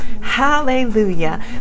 Hallelujah